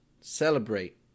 Celebrate